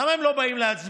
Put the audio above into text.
למה הם לא באים להצביע?